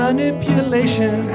Manipulation